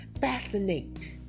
fascinate